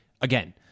again